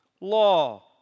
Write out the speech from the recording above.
law